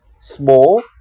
Small